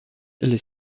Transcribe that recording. les